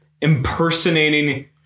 impersonating